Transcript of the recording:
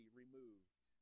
removed